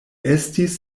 estis